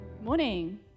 Morning